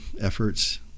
efforts